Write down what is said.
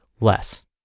less